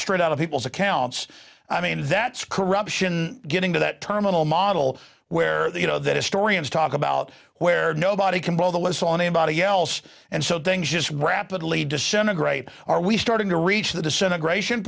cash out of people's accounts i mean that's corruption getting to that terminal model where you know that historians talk about where nobody can blow the whistle on anybody else and so then just rapidly descending right are we starting to reach the disintegration